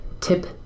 tip